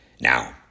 Now